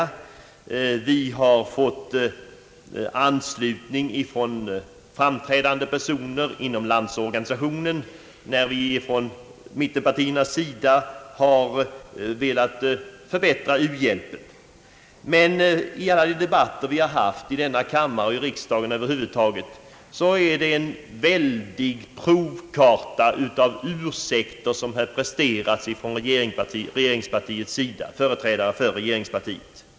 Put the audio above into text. Vår uppfattning har fått anslutning ifrån framträdande personer inom landsorganisationen, när vi från mittenpartiernas sida har velat förbättra u-hjälpen. Men i alla de debatter som förts i denna kammare och i riksdagen över huvud taget har företrädare för regeringspartiet presenterat en väldig provkarta på ursäkter.